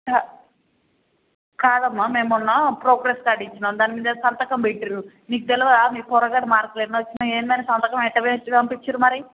కాదమ్మా మేం మొన్న ప్రోగ్రెస్ కార్డు ఇచ్చాం దానిమీద సంతకం పెట్టేరు మీకు తెలియదా మీ పోరగాడికి మార్కులు ఎన్నివచ్చాయో ఏంటో సంతకం ఎలా పెట్టి పంపించారు మరి